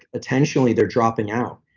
intentionally they're dropping out.